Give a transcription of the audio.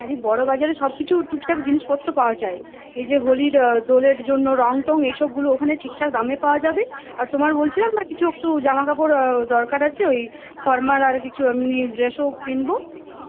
আরে বড় বাজারে সব কিছু টুকটাক জিনিসপত্র পাওয়া যায় এই যে হোলির দোলের জন্য রঙ টঙ এসবগুলো ওখানে ঠিকঠাক দামে পাওয়া যাবে আর তোমায় বলছিলাম না কিছু একটু জামাকাপড় দরকার আছে ওই ফর্মাল আর কিছু এমনি ড্রেসও কিনব